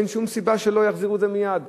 אין שום סיבה שלא יחזירו את זה מייד.